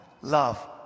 love